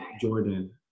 Jordan